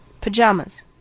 Pajamas